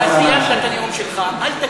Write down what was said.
תסיים את הנאום שלך.